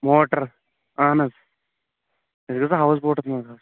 motor اَہن حظ أسۍ گژھو ہاؤس بوٹس منٛز حظ